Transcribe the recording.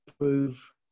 prove